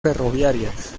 ferroviarias